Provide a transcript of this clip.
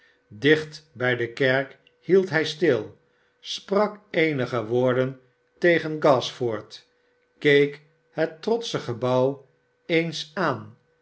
dicht bij de kerk hield hij stil sprak eenige woorden tegen gashford keek het trotsche gebouw eens aan